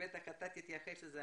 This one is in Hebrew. אתה בטח תתייחס לזה.